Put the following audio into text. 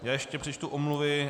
Ještě přečtu omluvy.